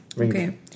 Okay